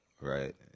right